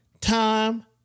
time